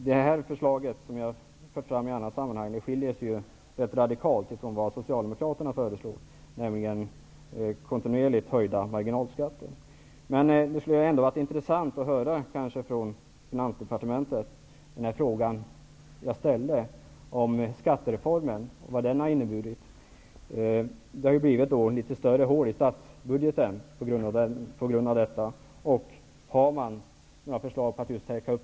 Detta förslag, som jag har tagit fram i ett annat sammanhang, skiljer sig ju ganska radikalt från det som socialdemokraterna har föreslagit, nämligen kontinuerligt höjda marginalskatter. Det skulle emellertid vara intressant att från Finansdepartementet få ett svar på min fråga vad skattereformen har inneburit. Den har ju medfört litet större hål i statsbudgeten. Har man några förslag om hur just denna del skall täckas?